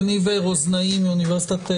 יניב רוזנאי מאוניברסיטת רייכמן,